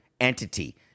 entity